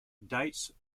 dates